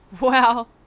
wow